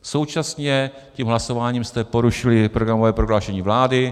Současně jste tím hlasováním porušili programové prohlášení vlády.